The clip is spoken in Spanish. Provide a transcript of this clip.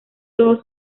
todos